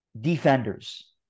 defenders